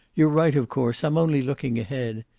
you're right, of course. i'm only looking ahead.